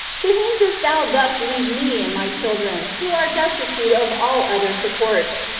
to whom dost thou thus leave me and my children, who are destitute of all other supports,